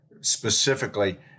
specifically